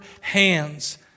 hands